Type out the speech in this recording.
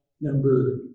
number